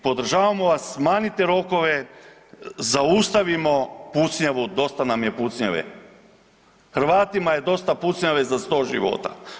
Podržavamo vas, smanjite rokove, zaustavimo pucnjavu, dosta nam je pucnjave, Hrvatima je dosta pucnjave za sto života.